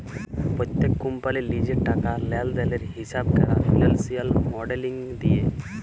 প্যত্তেক কম্পালির লিজের টাকা লেলদেলের হিঁসাব ক্যরা ফিল্যালসিয়াল মডেলিং দিয়ে